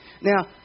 Now